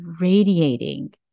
radiating